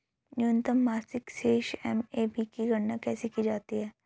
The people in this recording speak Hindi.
न्यूनतम मासिक शेष एम.ए.बी की गणना कैसे की जाती है?